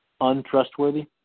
Untrustworthy